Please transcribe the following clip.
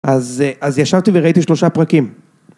אז ישבתי וראיתי שלושה פרקים.